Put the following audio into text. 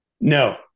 No